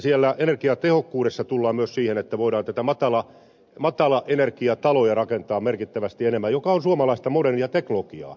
siellä energiatehokkuudessa tullaan myös siihen että voidaan matalaenergiataloja rakentaa merkittävästi enemmän ja se on suomalaista modernia teknologiaa